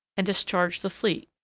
and discharged the fleet,